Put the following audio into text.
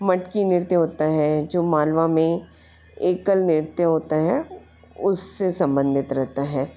मटकी नृत्य होता है जो मालवा में एकल नृत्य होता है उस से सम्बंधित रहता है